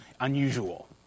unusual